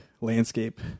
landscape